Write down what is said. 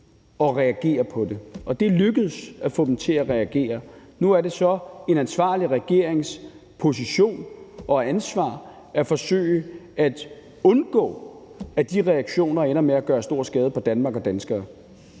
og reagere på det. Det er lykkedes at få dem til at reagere, og nu er det så en ansvarlig regerings position og ansvar at forsøge at undgå, at de reaktioner ender med at gøre stor skade på Danmark og danskere.